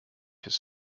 his